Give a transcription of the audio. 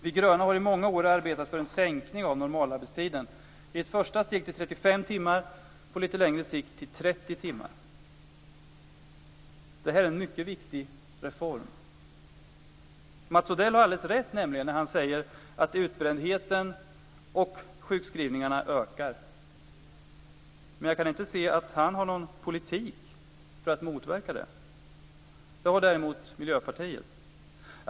Vi gröna har i många år arbetat för en sänkning av normalarbetstiden, i ett första steg till 35 timmar och på lite längre sikt till 30 timmar. Detta är en mycket viktig reform. Mats Odell har alldeles rätt när han säger att utbrändheten och sjukskrivningarna ökar. Men jag kan inte se att han har någon politik för att motverka detta. Det har däremot Miljöpartiet.